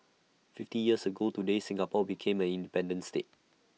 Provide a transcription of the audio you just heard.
fifty years ago today Singapore became an independent state